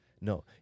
No